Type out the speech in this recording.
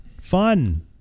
fun